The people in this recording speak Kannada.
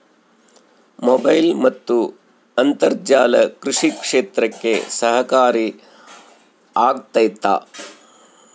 ಮೊಬೈಲ್ ಮತ್ತು ಅಂತರ್ಜಾಲ ಕೃಷಿ ಕ್ಷೇತ್ರಕ್ಕೆ ಸಹಕಾರಿ ಆಗ್ತೈತಾ?